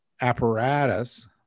apparatus